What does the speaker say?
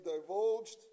divulged